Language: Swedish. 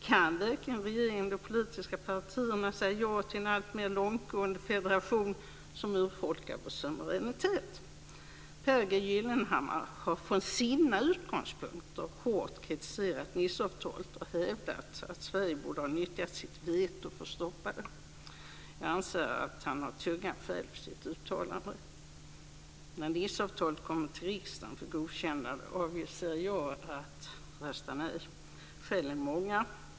Kan verkligen regeringen och de politiska partierna säga ja till en alltmer långtgående federation som urholkar vår suveränitet? Pehr G Gyllenhammar har från sina utgångspunkter hårt kritiserat Niceavtalet och hävdat att Sverige borde ha nyttjat sitt veto för att stoppa det. Jag anser att han har tunga skäl för sitt uttalande. När Niceavtalet kommer till riksdagen för godkännande avser jag att rösta nej. Skälen är många.